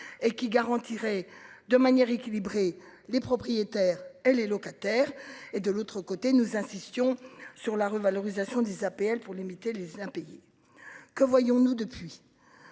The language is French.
et qui garantirait de manière équilibrée, les propriétaires elle les locataires et de l'autre côté, nos institutions sur la revalorisation des APL pour limiter les impayés. Que voyons-nous depuis.